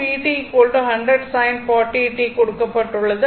v t 100 sin 40 t கொடுக்கப்பட்டுள்ளது